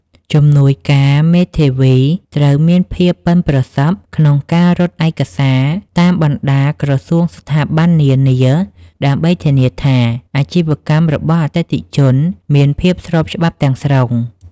ជំនួយការមេធាវីត្រូវមានភាពប៉ិនប្រសប់ក្នុងការរត់ការឯកសារតាមបណ្តាក្រសួងស្ថាប័ននានា ដើម្បីធានាថាអាជីវកម្មរបស់អតិថិជនមានភាពស្របច្បាប់ទាំងស្រុង។